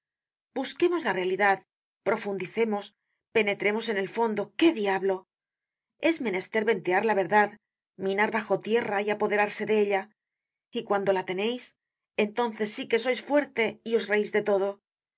busquemos la realidad profundicemos penetremos en el fondo qué diablo es menester ventear la verdad minar bajo tierra y apoderarse de ella y cuando la teneis entonces sí que sois fuerte y os reís de todo yo